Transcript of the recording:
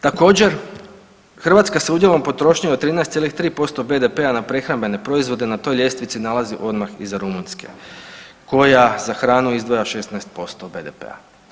Također, Hrvatska se udjelom potrošnje od 13,3% BDP-a na prehrambene proizvode na toj ljestvici nalazi odmah iz Rumunjske koja za hranu izdvaja 16% BDP-a.